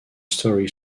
story